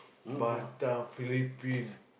Batam Philippines